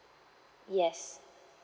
yes